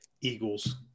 Eagles